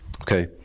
Okay